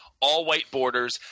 all-white-borders